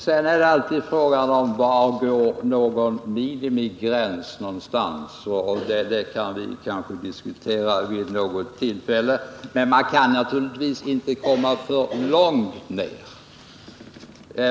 Sedan är alltid frågan: Var går en minimigräns någonstans? Det kan vi kanske diskutera vid något tillfälle, men man kan naturligtvis inte komma för långt ner.